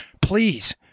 Please